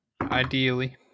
ideally